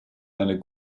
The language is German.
eine